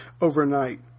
Overnight